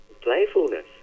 playfulness